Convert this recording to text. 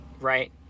right